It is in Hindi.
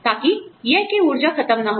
ताकि यह कि ऊर्जा खत्म ना हो